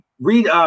read